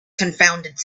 confounded